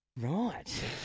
Right